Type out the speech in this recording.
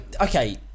Okay